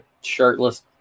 shirtless